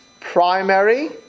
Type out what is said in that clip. primary